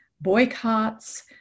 boycotts